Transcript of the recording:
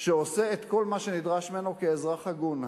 שעושה כל מה שנדרש ממנו כאזרח הגון.